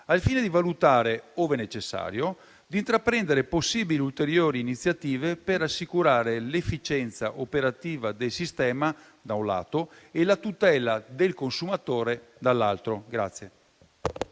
al fine di valutare, ove necessario, di intraprendere possibili ulteriori iniziative per assicurare l'efficienza operativa del sistema, da un lato, e la tutela del consumatore, dall'altro.